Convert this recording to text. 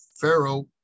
Pharaoh